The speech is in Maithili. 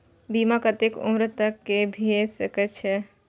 बीमा केतना उम्र तक के भे सके छै?